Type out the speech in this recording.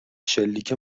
شلیک